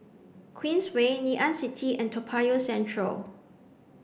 Queensway Ngee Ann City and Toa Payoh Central